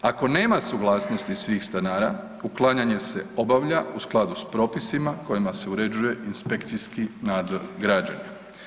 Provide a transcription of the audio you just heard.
Ako nema suglasnosti svih stanara, uklanjanje se obavlja u skladu s propisima kojima se uređuje inspekcijski nadzor građenja.